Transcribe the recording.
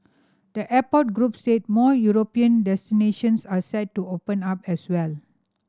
the airport group said more European destinations are set to open up as well